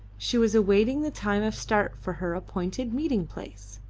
she was awaiting the time of start for her appointed meeting-place.